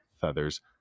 feathers